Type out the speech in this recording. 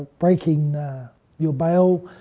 breaking your bail.